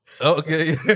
Okay